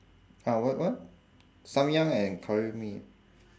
uh what what samyang and curry mee